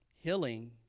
healing